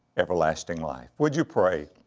everlasting life. would you pray